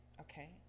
okay